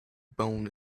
bone